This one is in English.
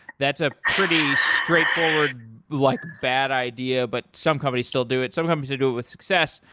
that's a pretty straightforward like bad idea, but some companies still do it. sometimes they do it with success.